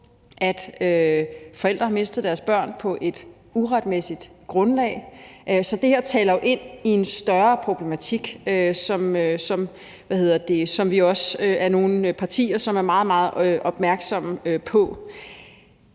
at forældre har mistet deres børn på et uretmæssigt grundlag. Så det her taler ind i en større problematik, som vi også er nogle partier der er meget, meget opmærksomme på.